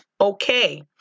okay